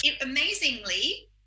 amazingly